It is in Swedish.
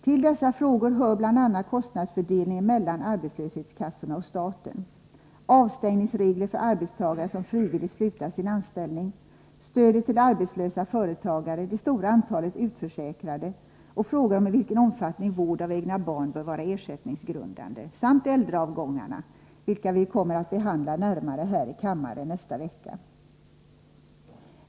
Till dessa frågor hör bl.a. kostnadsfördelningen mellan arbetslöshetskassorna och staten, avstängningsregler för arbetstagare som frivilligt slutat sin anställning, stödet till arbetslösa företagare, det stora antalet utförsäkrade och frågan om i vilken omfattning vård av egna barn bör vara ersättningsgrundande, samt äldreavgångarna, vilka vi kommer att behandla närmare här i kammaren nästa vecka.